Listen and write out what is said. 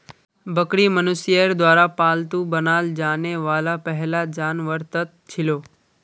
बकरी मनुष्यर द्वारा पालतू बनाल जाने वाला पहला जानवरतत छिलो